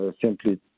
simply